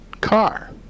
car